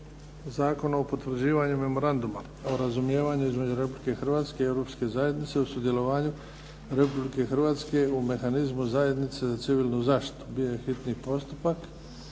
zakona o potvrđivanju Memoranduma o razumijevanju između Republike Hrvatske i Europske zajednice o sudjelovanju Republike Hrvatske u “Mehanizmu zajednice za civilnu zaštitu“, hitni postupak,